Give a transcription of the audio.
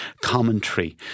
commentary